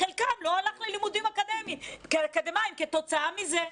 חלקם לא הלך ללימודים אקדמיים כתוצאה מזה.